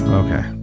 okay